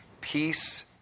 Peace